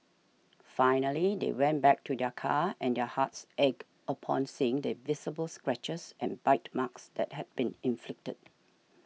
finally they went back to their car and their hearts ached upon seeing the visible scratches and bite marks that had been inflicted